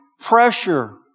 pressure